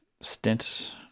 stint